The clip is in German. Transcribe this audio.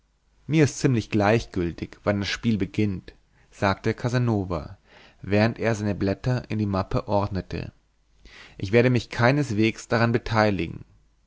mir ist es ziemlich gleichgültig wann das spiel beginnt sagte casanova während er seine blätter in die mappe ordnete ich werde mich keineswegs daran beteiligen